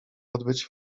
odbyć